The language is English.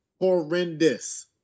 horrendous